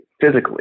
physically